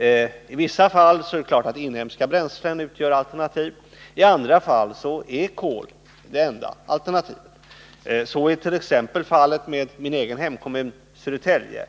I vissa fall är det klart att inhemska bränslen utgör alternativ, i andra fall är kol det enda alternativet. Så ärt.ex. fallet med min egen hemkommun, Södertälje.